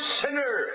sinner